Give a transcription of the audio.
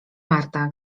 marta